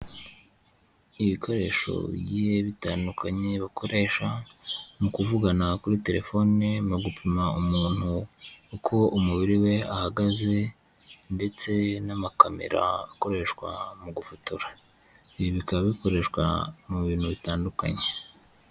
Ibikoresho bigiye bitandukanye bakoresha mu kuvugana kuri telefone, mu gupima umuntu uko umubiri we ahagaze ndetse n'amakamera akoreshwa mu gufotora, ibi bikaba bikoreshwa mu bintu bitandukanye.